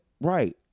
Right